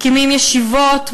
מקימים ישיבות,